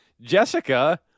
Jessica